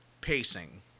pacing